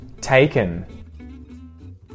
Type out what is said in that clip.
Taken